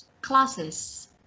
classes